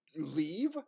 leave